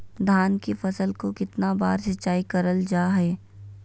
धान की फ़सल को कितना बार सिंचाई करल जा हाय?